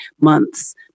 months